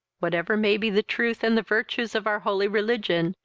whatever may be the truth and the virtues of our holy religion,